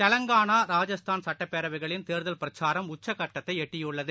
தெலங்கானா ராஜஸ்தான் சுட்டப்பேரவைகளின் தேர்தல் பிரச்சாரம் உச்சக்கட்டத்தைஎட்டியுள்ளது